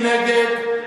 נתקבלה.